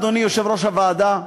אדוני יושב-ראש הוועדה,